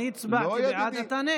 אני הצבעתי בעד, אתה, נגד.